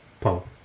Paul